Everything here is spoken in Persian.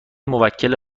موکل